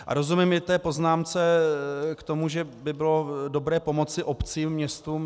A rozumím i té poznámce k tomu, že by bylo dobré pomoci obcím, městům.